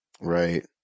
Right